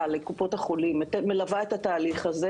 עבור קופות החולים ומלווה את התהליך הזה